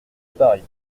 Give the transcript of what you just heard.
paris